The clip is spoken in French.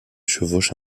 chevauche